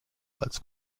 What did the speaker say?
als